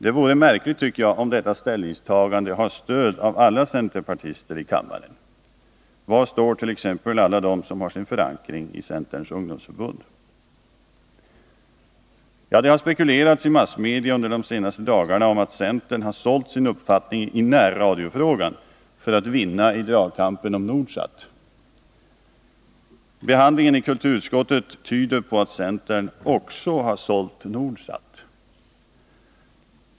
Det vore märkligt om detta ställningstagande har stöd av alla centerpartister i kammaren. Var står t.ex. alla som har sin förankring i Centerns ungdomsförbund? Det har spekulerats i massmedia under de senaste dagarna om att centern har sålt sin uppfattning i närradiofrågan för att vinna i dragkampen om Nordsat. Behandlingen i kulturutskottet tyder på att centern också har sålt Nordsat.